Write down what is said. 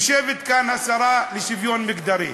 יושבת כאן השרה לשוויון חברתי.